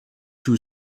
two